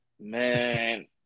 Man